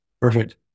Perfect